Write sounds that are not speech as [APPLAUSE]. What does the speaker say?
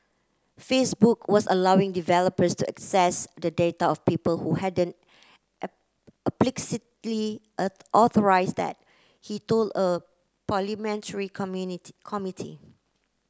Facebook was allowing developers to access the data of people who hadn't [UNINTELLIGIBLE] explicitly authorised that he told a parliamentary [UNINTELLIGIBLE] committee